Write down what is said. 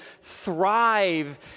thrive